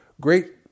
great